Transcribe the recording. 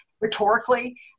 rhetorically